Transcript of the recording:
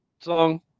song